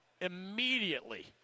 immediately